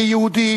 כיהודי